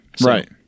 right